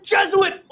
Jesuit